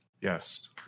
yes